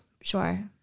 Sure